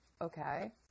Okay